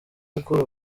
gukora